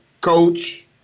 coach